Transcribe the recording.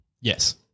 Yes